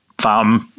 farm